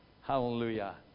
Hallelujah